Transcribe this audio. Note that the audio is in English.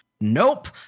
Nope